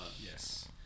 Yes